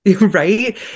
Right